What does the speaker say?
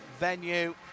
venue